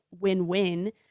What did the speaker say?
win-win